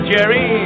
Jerry